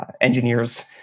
engineers